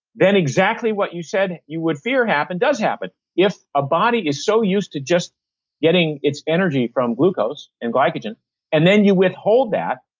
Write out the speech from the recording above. then exactly what you said you would fear happen, does happen if a body is so used to just getting its energy from glucose and glycogen and then, you withhold that,